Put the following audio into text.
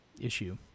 issue